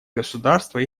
государства